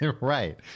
Right